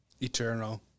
Eternal